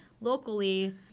locally